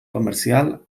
comercial